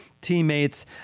Teammates